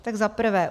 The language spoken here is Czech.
Tak za prvé.